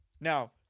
Now